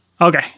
Okay